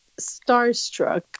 starstruck